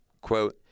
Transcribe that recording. Quote